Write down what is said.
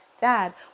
Dad